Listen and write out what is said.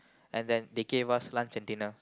and then they give us lunch and dinner